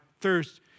thirst